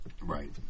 Right